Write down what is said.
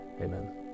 Amen